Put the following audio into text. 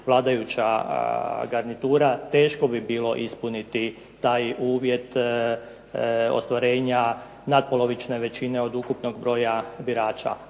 vladajuća garnitura, teško bi bilo ispuniti taj uvjet ostvarenja natpolovične većine od ukupnog broja birača,